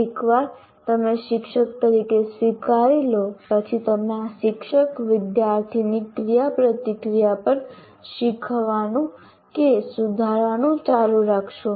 એકવાર તમે શિક્ષક તરીકે સ્વીકારી લો પછી તમે આ શિક્ષક વિદ્યાર્થીની ક્રિયાપ્રતિક્રિયા પર શીખવાનું કે સુધારવાનું ચાલુ રાખશો